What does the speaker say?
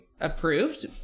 approved